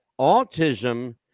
autism